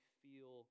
feel